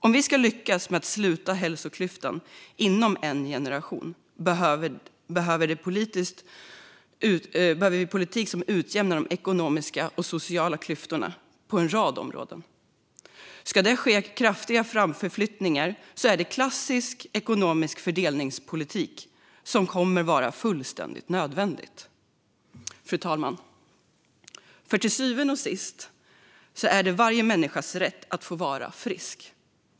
Om vi ska lyckas med att sluta hälsoklyftan inom en generation behöver vi politik som utjämnar de ekonomiska och sociala klyftorna på en rad områden. Ska det ske kraftfulla förflyttningar framåt kommer klassisk ekonomisk fördelningspolitik att vara fullständigt nödvändig, fru talman, för till syvende och sist är det varje människas rätt att få vara frisk.